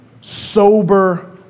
sober